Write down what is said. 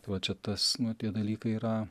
tai va čia tas nu tie dalykai yra